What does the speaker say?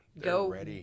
Go